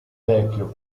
vecchio